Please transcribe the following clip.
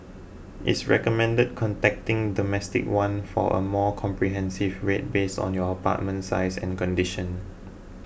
it's recommended contacting Domestic One for a more comprehensive rate based on your apartment size and condition